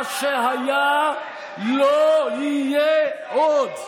מה שהיה לא יהיה עוד.